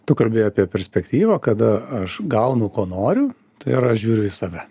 tu kalbi apie perspektyvą kada aš gaunu ko noriu tai yra aš žiūriu į save